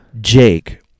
Jake